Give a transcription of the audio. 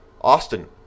Austin